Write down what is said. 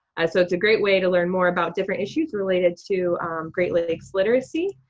so it's a great way to learn more about different issues related to great lakes literacy.